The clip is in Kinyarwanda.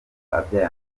abyaye